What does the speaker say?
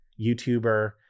YouTuber